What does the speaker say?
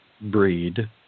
breed